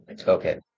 Okay